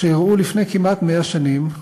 שאירעו לפני כמעט 100 שנים,